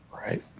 Right